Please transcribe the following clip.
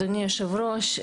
אדוני היושב-ראש,